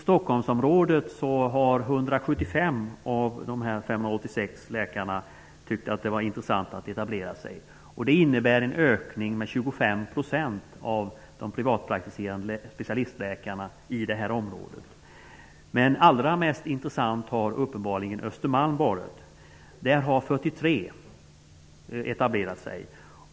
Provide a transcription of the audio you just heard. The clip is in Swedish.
175 av de 586 läkarna har tyckt att det var intressant att etablera sig i Stockholmsområdet. Det innebär en ökning med 25 % av privatpraktiserande specialistläkare i området. Allra mest intressant har uppenbarligen Östermalm varit; där har 43 läkare etablerat sig.